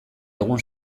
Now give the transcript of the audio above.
egun